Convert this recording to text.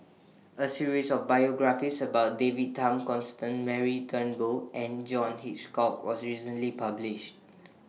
A series of biographies about David Tham Constance Mary Turnbull and John Hitchcock was recently published